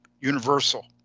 universal